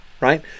right